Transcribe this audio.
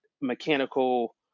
mechanical